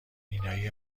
بینایی